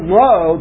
low